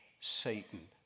Satan